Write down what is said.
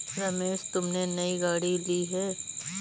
रमेश तुमने नई गाड़ी ली हैं